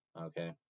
Okay